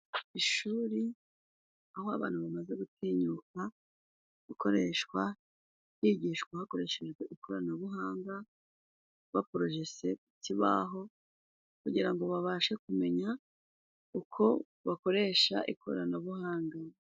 Ishuri aho abantu bamaze gutinyuka gukoreshwa ryigishwa hakoreshejwe ikoranabuhanga baporejese ikibaho kugira ngo babashe kumenya uko bakoresha ikoranabuhanga.